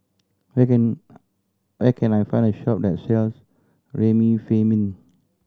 when can where can I find a shop that sells Remifemin